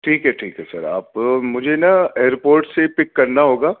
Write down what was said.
ٹھیک ٹھیک ہے سر آپ مجھے نا ایئرپورٹ سے پک کرنا ہوگا